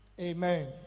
Amen